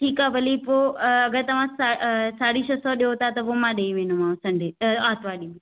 ठीकु आहे भली पोइ अ अगरि तव्हां साढी छह सौ ॾियो था त पोइ मां ॾेई वेंदोमांव संडे ॾींहुं आर्तवारु ॾींहुं